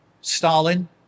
Stalin